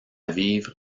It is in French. vivre